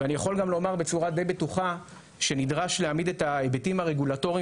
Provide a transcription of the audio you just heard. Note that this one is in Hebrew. אני יכול גם לומר בצורה די בטוחה שנדרש להעמיד את ההיבטים הרגולטוריים